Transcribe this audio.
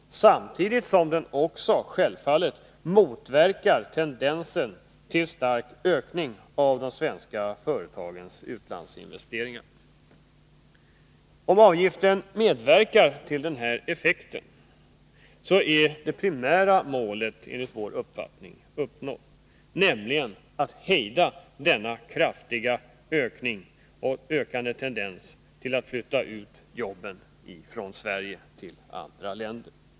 Dels skulle den samtidigt självfallet motverka tendenser till stark ökning av de svenska företagens utlandsinvesteringar. Om avgiften ger den effekten, så är det primära målet enligt vår uppfattning uppnått, nämligen att hejda denna kraftigt ökande tendens att flytta ut jobben från Sverige till andra länder.